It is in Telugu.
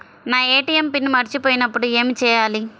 నా ఏ.టీ.ఎం పిన్ మరచిపోయినప్పుడు ఏమి చేయాలి?